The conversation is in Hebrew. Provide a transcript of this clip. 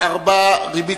מי בעד?